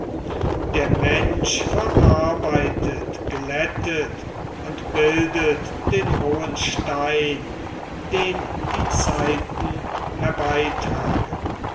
der mensch verarbeitet glättet und bildet den rohen stein den die zeiten herbeitragen